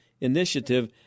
Initiative